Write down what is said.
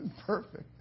perfect